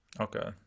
okay